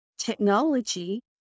technology